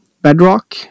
bedrock